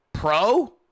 pro